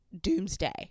doomsday